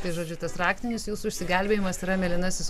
tai žodžiu tas raktinis jūsų išsigelbėjimas yra mėlynasis